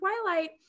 Twilight